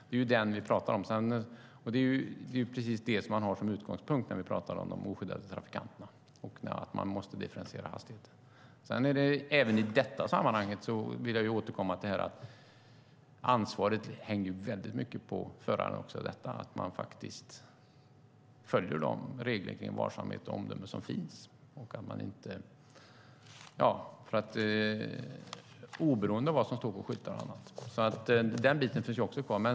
Det är detta vi talar om, och det är detta som är vår utgångspunkt när vi talar om de oskyddade trafikanterna och att man måste differentiera hastigheten. Även i detta sammanhang vill jag återkomma till att ansvaret i väldigt hög grad hänger på föraren och att man följer de regler om varsamhet och omdöme som finns, oberoende av vad som står på skyltar.